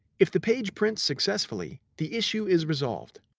if the page prints successfully, the issue is resolved.